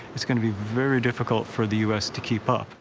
it's going to be very difficult for the u s. to keep up.